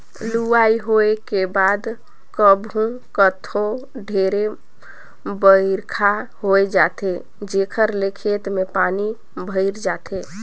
लुवई होए के बाद कभू कथों ढेरे बइरखा होए जाथे जेखर ले खेत में पानी भइर जाथे